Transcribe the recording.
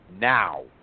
Now